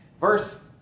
verse